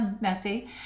messy